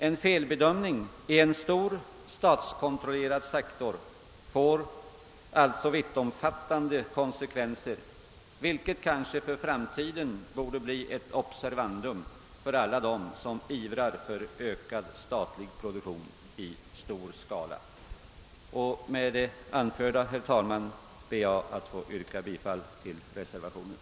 En felbedömning på en stor statskontrollerad sektor får alltså vittomfattande konsekvenser, vilket kanske för framtiden borde bli ett observandum för alla dem som ivrar för statlig produktion i stor skala. Med det anförda, herr talman, ber jag att få yrka bifall till reservationen.